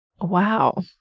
Wow